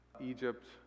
Egypt